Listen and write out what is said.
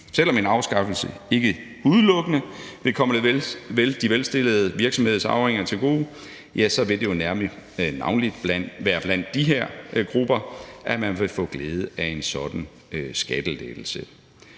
Selv om en afskaffelse ikke udelukkende vil komme de velstillede virksomhedsarvinger til gode, vil det jo navnlig være blandt de her grupper, at man vil få glæde af en sådan skattelettelse.